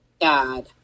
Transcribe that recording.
God